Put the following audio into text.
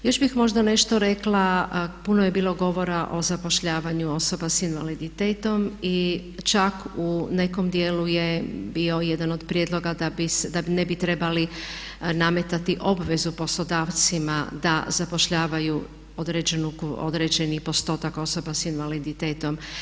Još bih možda nešto rekla, puno je bilo govora o zapošljavanju osoba s invaliditetom i čak u nekom dijelu je bio jedan od prijedloga da ne bi trebali nametati obvezu poslodavcima da zapošljavaju određeni postotak osoba s invaliditetom.